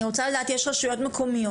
אני רוצה לדעת יש רשויות מקומיות,